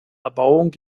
erbauung